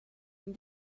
and